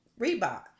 Reebok